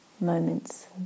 moments